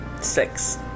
six